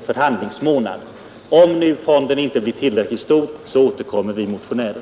förhandlingsmånad. Om fonden inte blir tillräckligt stor, vilket jag fruktar, återkommer vi motionärer.